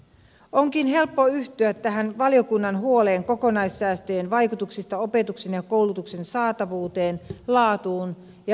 onkin helppo yhtyä tähän valiokunnan huoleen kokonaissäästöjen vaikutuksista opetuksen ja koulutuksen saatavuuteen laatuun ja vaikuttavuuteen